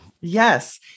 Yes